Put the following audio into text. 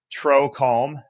TroCalm